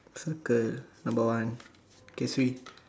circle number one okay three